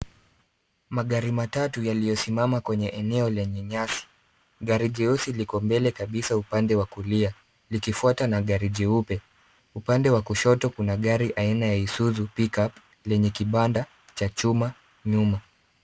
Magari matatu yaliyosimama kwenye eneo lenye nyasi .Gari jeusi liko mbele kabisa upande wa kulia likifuatwa na gari jeupe ,upande wa kushoto kuna gari aina ya Isuzu Pickup lenye kibanda cha chuma nyuma.